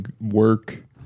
work